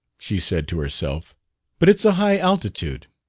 she said to herself but it's a high altitude.